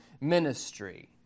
ministry